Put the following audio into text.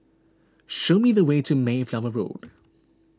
show me the way to Mayflower Road